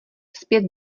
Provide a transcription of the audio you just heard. zpět